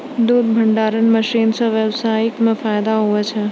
दुध भंडारण मशीन से व्यबसाय मे फैदा हुवै छै